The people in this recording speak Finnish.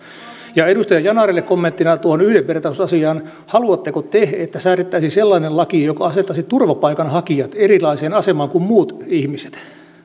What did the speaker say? edustaja yanarille kommenttina tuohon yhdenvertaisuusasiaan haluatteko te että säädettäisiin sellainen laki joka asettaisi turvapaikanhakijat erilaiseen asemaan kuin muut ihmiset